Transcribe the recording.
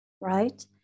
right